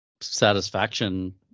satisfaction